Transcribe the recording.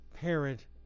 parent